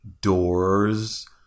doors